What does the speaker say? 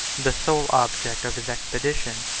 the sole object of his expedition,